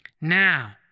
Now